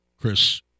Chris